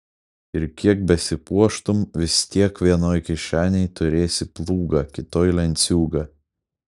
ir kiek besipuoštum vis tiek vienoj kišenėj turėsi plūgą kitoj lenciūgą